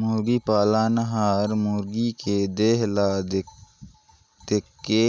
मुरगी पालक हर मुरगी के देह ल देखके